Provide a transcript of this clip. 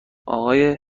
آقای